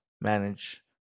manage